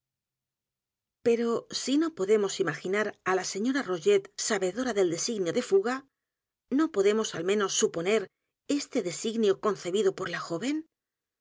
pero si no podemos imaginar á la señora rogét sabedora del designio de fuga no podemos al menos suponer este designio concebido por la joven